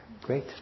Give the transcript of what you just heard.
Great